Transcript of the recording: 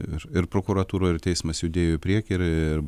ir ir prokuratūra ir teismas judėjo į priekį ir ir